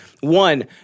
One